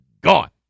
gone